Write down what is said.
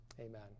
Amen